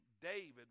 David